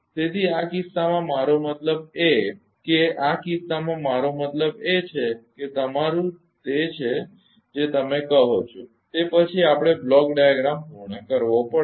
તેથી આ કિસ્સામાં મારો મતલબ એ કે આ કિસ્સામાં મારો મતલબ એ છે કે તમારું તે છે જે તમે કહો છો તે પછી આપણે બ્લોક ડાયાગ્રામ પૂર્ણ કરવો પડશે